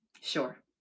Sure